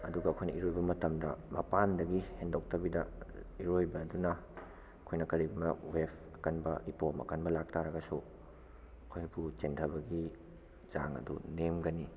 ꯑꯗꯨꯒ ꯑꯩꯈꯣꯏꯅ ꯏꯔꯣꯏꯕ ꯃꯇꯝꯗ ꯃꯄꯥꯟꯗꯒꯤ ꯍꯦꯟꯗꯣꯛꯇꯕꯤꯗ ꯏꯔꯣꯏꯕ ꯑꯗꯨꯅ ꯑꯩꯈꯣꯏꯅ ꯀꯔꯤꯒꯨꯝꯕ ꯋꯦꯐ ꯑꯀꯟꯕ ꯏꯄꯣꯝ ꯑꯀꯟꯕ ꯂꯥꯛ ꯇꯥꯔꯒꯁꯨ ꯑꯩꯈꯣꯏꯕꯨ ꯆꯦꯟꯊꯕꯒꯤ ꯆꯥꯡ ꯑꯗꯨ ꯅꯦꯝꯒꯅꯤ